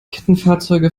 kettenfahrzeuge